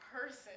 person